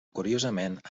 curiosament